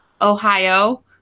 Ohio